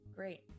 great